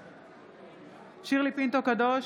בעד שירלי פינטו קדוש,